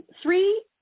three